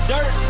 Dirt